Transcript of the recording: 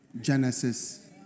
Genesis